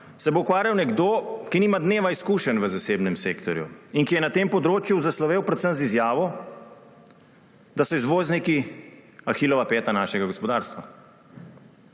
se bo ukvarjal nekdo, ki nima dneva izkušenj v zasebnem sektorju in ki je na tem področju zaslovel predvsem z izjavo, da so izvozniki Ahilova peta našega gospodarstva.